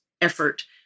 effort